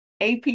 AP